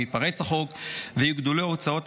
אם ייפרץ החוק ויוגדלו ההוצאות,